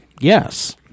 Yes